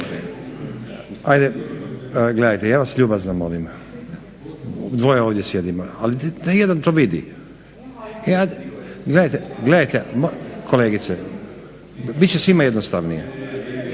Ajde gledajte, ja vas ljubazno molim. Dvoje ovdje sjedimo ali da jedan to vidi. Gledajte gledajte kolegice. Bit će svima jednostavnije.